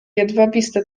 jedwabiste